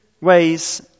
ways